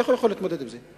איך הוא יכול להתמודד עם זה?